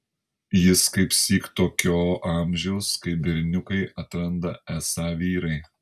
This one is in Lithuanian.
jis kaipsyk tokio amžiaus kai berniukai atranda esą vyrai